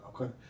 Okay